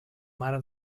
mare